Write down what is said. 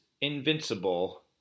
Invincible